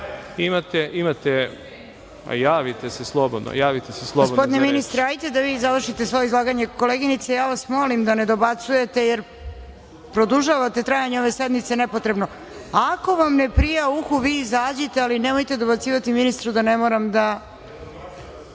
miliona.)Javite se slobodno. **Snežana Paunović** Gospodine ministre, ajte da vi završite svoje izlaganje. Koleginice, ja vas molim da ne dobacujete jer produžavate trajanje ove sednice nepotrebno. Ako vam ne prija uhu, vi izađite, ali nemojte dobacivati ministru da ne moram da